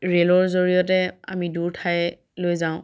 ৰে'লৰ জৰিয়তে আমি দূৰ ঠাইলৈ যাওঁ